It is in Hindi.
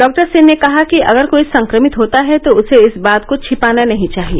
डॉक्टर सेन ने कहा कि अगर कोई संक्रमित होता है तो उसे इस बात को छिपाना नहीं चाहिए